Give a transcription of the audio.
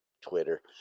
Twitter